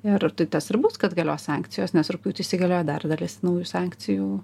ir tai tas ir bus kad galios sankcijos nes rugpjūtį įsigalioja dar dalis naujų sankcijų